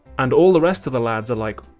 and all the rest of the lads are like,